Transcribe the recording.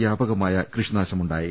വ്യാപകമായ കൃഷിനാശവുമുണ്ടായി